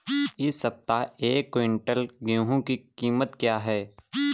इस सप्ताह एक क्विंटल गेहूँ की कीमत क्या है?